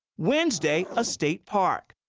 wednesday, a state park.